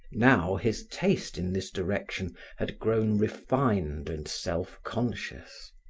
now his taste in this direction had grown refined and self-conscious.